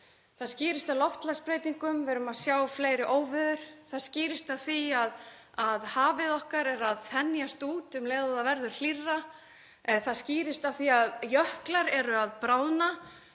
Það skýrist af loftslagsbreytingum, við erum að sjá fleiri óveður. Það skýrist af því að hafið okkar er að þenjast út um leið og það verður hlýrra. Það skýrist af því að jöklar eru að bráðna